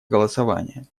голосования